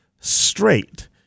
straight